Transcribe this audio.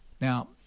Now